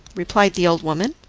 replied the old woman,